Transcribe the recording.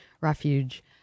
refuge